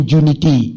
unity